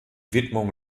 widmung